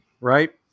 Right